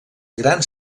grans